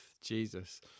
Jesus